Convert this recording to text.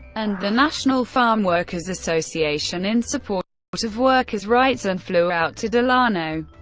and the national farm workers association in support but of workers' rights and flew out to delano,